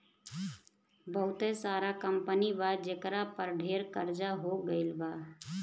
बहुते सारा कंपनी बा जेकरा पर ढेर कर्ज हो गइल बा